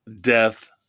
death